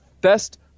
best